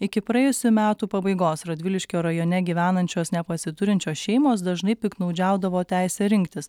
iki praėjusių metų pabaigos radviliškio rajone gyvenančios nepasiturinčios šeimos dažnai piktnaudžiaudavo teise rinktis